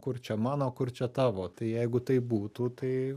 kur čia mano kur čia tavo tai jeigu taip būtų tai